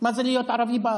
מה זה להיות ערבי בארץ,